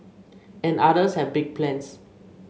and others have big plans